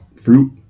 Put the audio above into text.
fruit